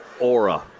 aura